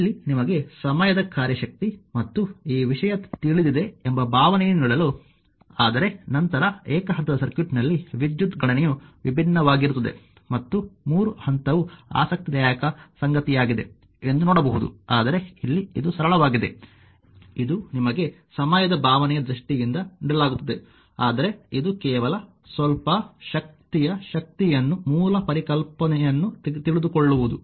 ಇಲ್ಲಿ ನಿಮಗೆ ಸಮಯದ ಕಾರ್ಯ ಶಕ್ತಿ ಮತ್ತು ಈ ವಿಷಯ ತಿಳಿದಿದೆ ಎಂಬ ಭಾವನೆಯನ್ನು ನೀಡಲು ಆದರೆ ನಂತರ ಏಕ ಹಂತದ ಸರ್ಕ್ಯೂಟ್ನಲ್ಲಿ ವಿದ್ಯುತ್ ಗಣನೆಯು ವಿಭಿನ್ನವಾಗಿರುತ್ತದೆ ಮತ್ತು 3 ಹಂತವು ಆಸಕ್ತಿದಾಯಕ ಸಂಗತಿಯಾಗಿದೆ ಎಂದು ನೋಡಬಹುದು ಆದರೆ ಇಲ್ಲಿ ಇದು ಸರಳವಾಗಿದೆ ಇದು ನಿಮಗೆ ಸಮಯದ ಭಾವನೆಯ ದೃಷ್ಟಿಯಿಂದ ನೀಡಲಾಗುತ್ತದೆ ಆದರೆ ಇದು ಕೇವಲ ಸ್ವಲ್ಪ ಶಕ್ತಿಯ ಶಕ್ತಿಯನ್ನು ಮೂಲ ಪರಿಕಲ್ಪನೆಯನ್ನು ತಿಳಿದುಕೊಳ್ಳುವುದು